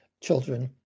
children